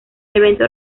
evento